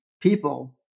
people